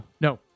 No